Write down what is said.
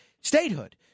statehood